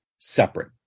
separate